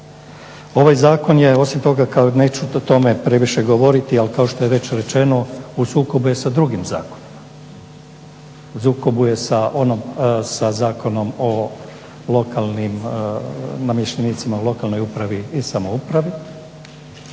Ovaj zakon je osim toga neću o tome previše govoriti, ali kao što je već rečeno u sukobu je sa drugim zakonima. U sukobu je sa Zakon o namještenicima u lokalnoj upravi i samoupravi.